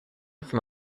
from